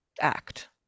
act